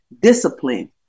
discipline